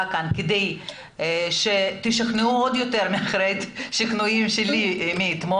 כאן כדי שתשכנעו עוד יותר מהשכנועים שלי מאתמול.